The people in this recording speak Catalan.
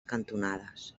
cantonades